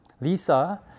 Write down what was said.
Lisa